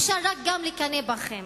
אפשר גם רק לקנא בכם,